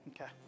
Okay